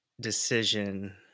decision